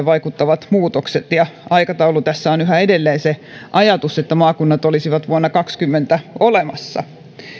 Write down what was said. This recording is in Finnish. vaikuttavat muutokset ja aikataulun osalta on tässä yhä edelleen se ajatus että maakunnat olisivat vuonna kaksituhattakaksikymmentä olemassa